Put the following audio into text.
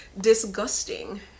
disgusting